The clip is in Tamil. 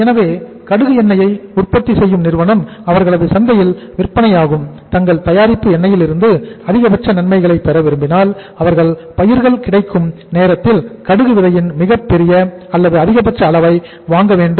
எனவே கடுகு எண்ணெய்யை உற்பத்தி செய்யும் நிறுவனம் அவர்களது சந்தையில் விற்பனையாகும் தங்கள் தயாரிப்பு எண்ணெயிலிருந்து அதிகபட்ச நன்மைகளை பெற விரும்பினால் அவர்கள் பயிர்கள் கிடைக்கும் நேரத்தில் கடுகு விதையின் மிகப்பெரிய அல்லது அதிகபட்ச அளவை வாங்க வேண்டும்